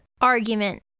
argument